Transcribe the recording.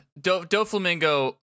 Doflamingo